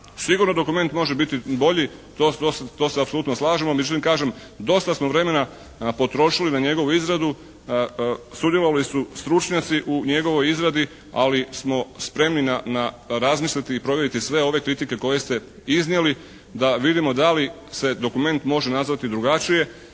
Sigurno dokument može biti bolji, to se apsolutno slažemo, međutim kažem dosta smo vremena potrošili na njegovu izradu, sudjelovali su stručnjaci u njegovoj izradi, ali smo spremni na razmisliti i provjeriti sve ove kritike koje ste iznijeli da vidimo da li se dokument može nazvati drugačije